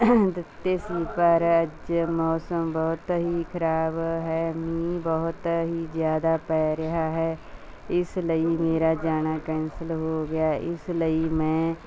ਦਿੱਤੇ ਸੀ ਪਰ ਅੱਜ ਮੌਸਮ ਬਹੁਤ ਹੀ ਖਰਾਬ ਹੈ ਮੀਂਹ ਬਹੁਤ ਹੀ ਜ਼ਿਆਦਾ ਪੈ ਰਿਹਾ ਹੈ ਇਸ ਲਈ ਮੇਰਾ ਜਾਣਾ ਕੈਂਸਲ ਹੋ ਗਿਆ ਹੈ ਇਸ ਲਈ ਮੈਂ